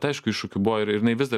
tai aišku iššūkių buvo ir jinai vis dar